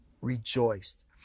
rejoiced